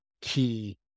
key